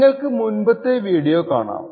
നിങ്ങള്ക്ക് മുൻപത്തെ വീഡിയോ കാണാം